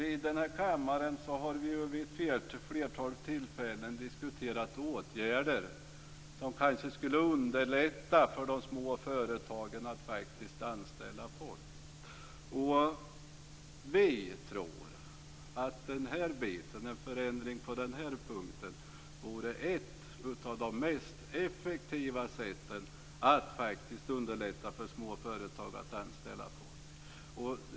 I den här kammaren har vi vid ett flertal tillfällen diskuterat åtgärder som kanske skulle underlätta för de små företagen att anställa folk. Vi tror att en förändring på den här punkten vore ett av de mest effektiva sätten att underlätta för små företag att anställa folk.